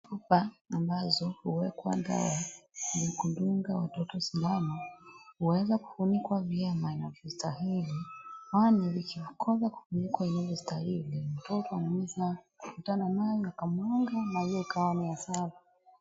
Chupa ambazo huwekwa dawa ya kudunga watoto sindano huweza kufunikwa vyema inavyostahili kwani licha ya kukosa kufunikwa vizuri mtoto anaweza kukutana nayo na akamwaga na hiyo ikawa na hasara.